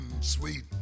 sweet